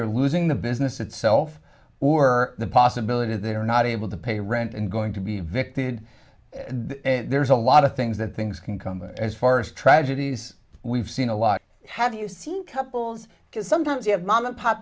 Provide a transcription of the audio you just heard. either losing the business itself or the possibility they are not able to pay rent and going to be a victim and there's a lot of things that things can come as far as tragedies we've seen a lot have you seen couples because sometimes you have mom and pop